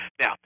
Now